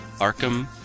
Arkham